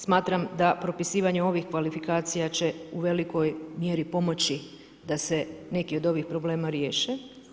Smatram da propisivanje ovih kvalifikacija će u velikoj mjeri pomoći da se neki od ovih problema riješe.